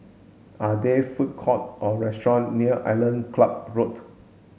are there food court or restaurant near Island Club Road